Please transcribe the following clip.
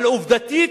אבל עובדתית,